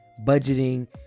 budgeting